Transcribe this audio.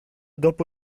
dopo